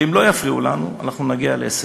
ואם לא יפריעו לנו, אנחנו נגיע להישגים.